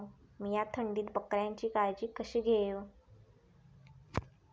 मीया थंडीत बकऱ्यांची काळजी कशी घेव?